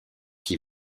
qui